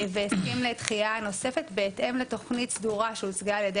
והסכים לדחייה נוספת בהתאם לתוכנית סדורה שהוצגה על ידי